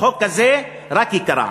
חוק כזה רק ייקרע.